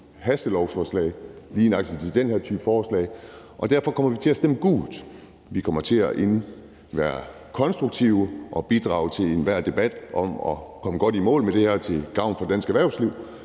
hastelovforslag til lige nøjagtig den her type forslag, og derfor kommer vi til at stemme gult. Vi kommer til at være konstruktive og bidrage til enhver debat om at komme godt i mål med det her til gavn for dansk erhvervsliv.